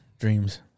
dreams